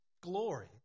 glory